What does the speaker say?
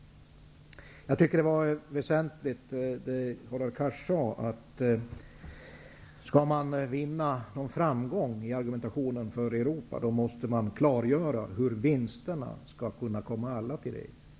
Jag tycker att det var väsentligt det Hadar Cars sade, att skall man vinna någon framgång i argumentationen för Europa måste man klargöra hur vinsterna skall kunna komma alla till del.